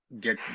get